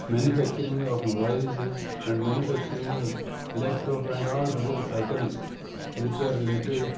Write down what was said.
manufacturing of mobiles and manufacturing laptops and all other items witch related